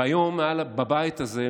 והיום בבית הזה,